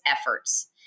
efforts